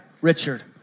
Richard